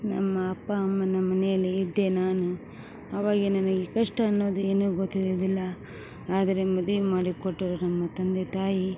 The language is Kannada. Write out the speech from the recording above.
ನಮ್ಮ ಅಪ್ಪ ಅಮ್ಮನ ಮನೆಯಲ್ಲಿ ಇದ್ದೆ ನಾನು ಅವಾಗ ನನಗೆ ಕಷ್ಟ ಅನ್ನೋದು ಏನು ಗೊತ್ತಿರುದಿಲ್ಲ ಆದರೆ ಮದುವೆ ಮಾಡಿ ಕೊಟ್ಟರು ನಮ್ಮ ತಂದೆ ತಾಯಿ